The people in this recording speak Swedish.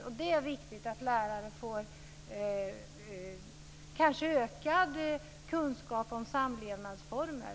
Och det är viktigt att lärarna får ökad kunskap om samlevnadsformer.